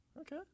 Okay